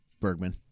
Bergman